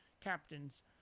captains